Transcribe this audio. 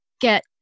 get